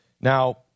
Now